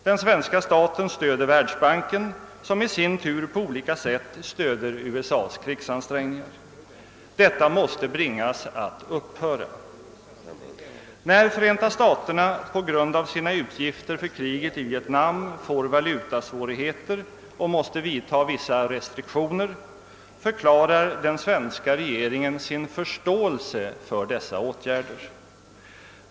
Den svenska staten stöder Världsbanken, som i sin tur på olika sätt stöder USA:s kringsansträngningar. Detta måste bringas att upphöra! När Förenta staterna på grund av sina utgifter för kriget i Vietnam får valutasvårigheter och måste vidta vissa restriktioner förklarar den svenska regeringen sin förståelse för dessa åtgärder.